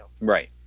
Right